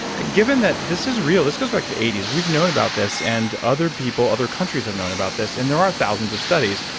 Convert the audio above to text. given that this is real. this goes back to the eighty s. we've known about this. and other people, other countries have known about this, and there are thousands of studies.